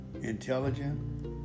intelligent